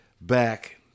back